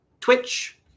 Twitch